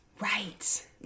right